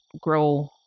grow